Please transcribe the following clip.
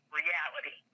reality